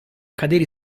cadere